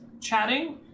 chatting